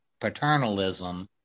paternalism